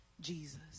Jesus